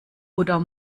oder